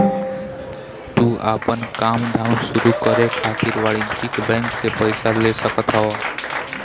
तू आपन काम धाम शुरू करे खातिर वाणिज्यिक बैंक से पईसा ले सकत हवअ